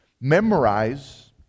memorize